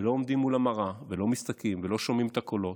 ולא עומדים מול המראה ולא מסתכלים ולא שומעים את הקולות,